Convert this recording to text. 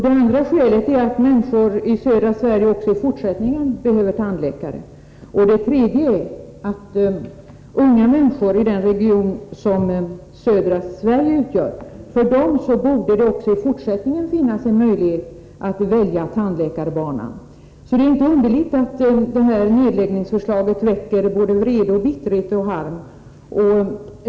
Det andra skälet är att människor i södra Sverige också i fortsättningen behöver tandläkare. Det tredje skälet är att det för unga människor i den region som södra Sverige utgör även fortsättningsvis bör finnas en möjlighet att välja tandläkarbanan. Det är inte underligt att detta nedläggningsförslag väcker vrede, bitterhet och harm.